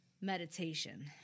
meditation